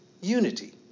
unity